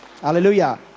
Hallelujah